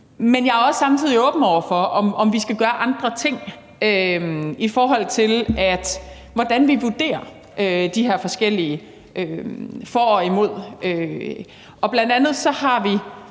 men jeg er samtidig også åben over for, om vi skal gøre andre ting, i forhold til hvordan vi vurderer de her forskellige positioner for og imod. Bl.a. har vi